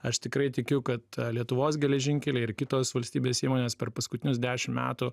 aš tikrai tikiu kad lietuvos geležinkeliai ir kitos valstybės įmonės per paskutinius dešim metų